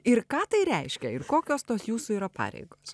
ir ką tai reiškia ir kokios tos jūsų yra pareigos